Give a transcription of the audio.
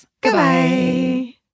Goodbye